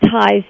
ties